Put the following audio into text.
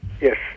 Yes